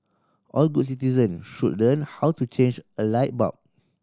all good citizen should learn how to change a light bulb